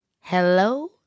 hello